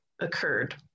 occurred